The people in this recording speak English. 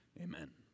amen